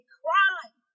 crime